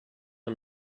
and